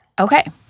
Okay